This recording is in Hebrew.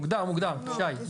זה מוגדר, שי.